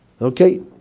Okay